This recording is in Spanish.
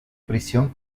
prisión